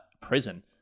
prison